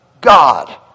God